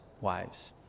wives